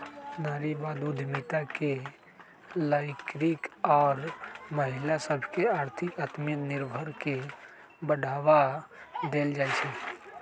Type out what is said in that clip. नारीवाद उद्यमिता में लइरकि आऽ महिला सभके आर्थिक आत्मनिर्भरता के बढ़वा देल जाइ छइ